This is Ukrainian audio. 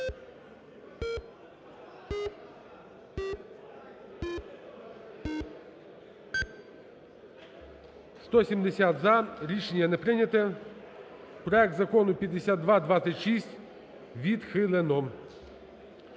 За-170 Рішення не прийнято. Проект Закону 5226 відхилено.